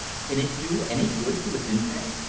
can it do any good to azinte?